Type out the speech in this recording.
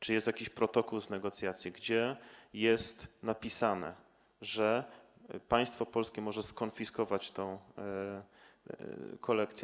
Czy jest jakiś protokół negocjacji, gdzie jest napisane, że państwo polskie może skonfiskować tę kolekcję?